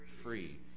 Free